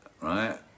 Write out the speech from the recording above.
right